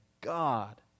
God